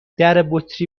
دربطری